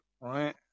right